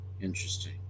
Interesting